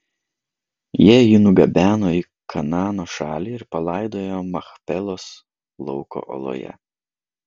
jie jį nugabeno į kanaano šalį ir palaidojo machpelos lauko oloje